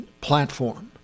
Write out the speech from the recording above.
platform